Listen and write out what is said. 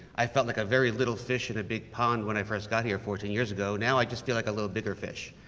i felt like a very little fish in a big pond when i first got here fourteen years ago. now i just feel like a little bigger fish.